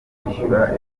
kuzishyura